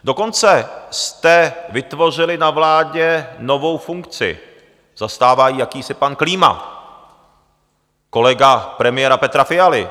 Dokonce jste vytvořili na vládě novou funkci, zastává ji jakýsi pan Klíma, kolega premiéra Petra Fialy.